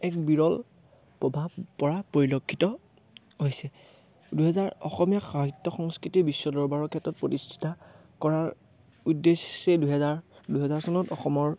এক বিৰল প্ৰভাৱ পৰা পৰিলক্ষিত হৈছে দুহেজাৰ অসমীয়া সাহিত্য সংস্কৃতি বিশ্ব দৰবাৰৰ ক্ষেত্ৰত প্ৰতিষ্ঠা কৰাৰ উদেশ্যে দুহেজাৰ দুহেজাৰ চনত অসমৰ